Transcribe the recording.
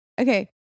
okay